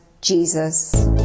Jesus